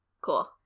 cool